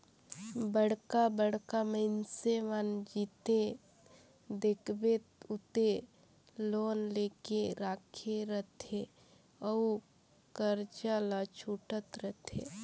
बड़का बड़का मइनसे मन जिते देखबे उते लोन लेके राखे रहथे अउ करजा ल छूटत रहथे